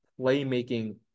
playmaking